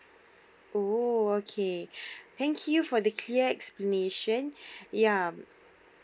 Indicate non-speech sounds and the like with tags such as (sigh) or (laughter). oh okay (breath) thank you for the clear explanation (breath) ya